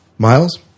Miles